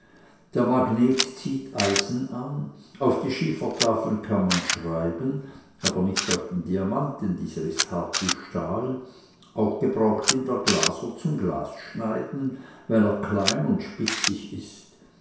der magnet zieht eisen an auf die schiefertafeln kann man schreiben aber nicht auf den diamant denn dieser ist hart wie stahl auch gebraucht ihn der glaser zum glasschneiden weil er klein und spitzig ist